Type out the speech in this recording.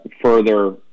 further